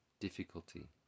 difficulty